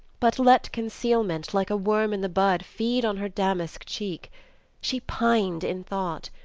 but let concealment like a worm in the bud feed on her damask cheek she pined in thought,